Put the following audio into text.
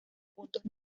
puntos